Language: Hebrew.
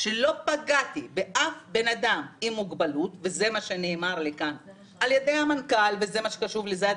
שתינתן עדיפות לאנשים עם מוגבלות בניידות כדי